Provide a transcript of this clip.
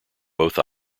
both